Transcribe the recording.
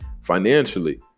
financially